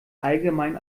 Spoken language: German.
allgemein